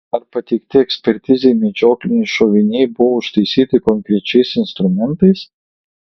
ar pateikti ekspertizei medžiokliniai šoviniai buvo užtaisyti konkrečiais instrumentais